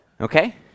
Okay